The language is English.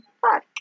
fuck